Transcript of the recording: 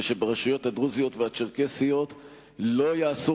וברשויות הדרוזיות והצ'רקסיות לא יעשו